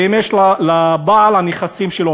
ואם יש לבעל הנכסים שלו,